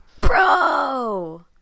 Bro